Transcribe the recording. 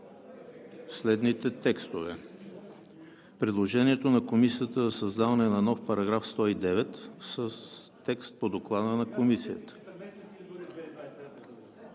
следните текстове: предложението на Комисията за създаване на нов § 109 с текст по Доклада на Комисията…